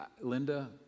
Linda